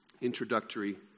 introductory